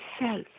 self